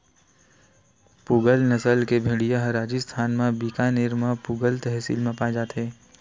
पूगल नसल के भेड़िया ह राजिस्थान म बीकानेर म पुगल तहसील म पाए जाथे